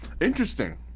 Interesting